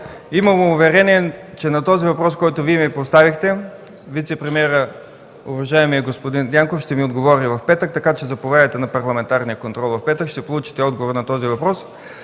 Имам уверение, че на въпроса, който поставихте, вицепремиерът – уважаемият господин Дянков ще ми отговори в петък. Така че заповядайте на парламентарния контрол в петък, ще получите отговор и на този въпрос.